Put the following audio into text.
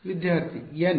ವಿದ್ಯಾರ್ಥಿ ಎನ್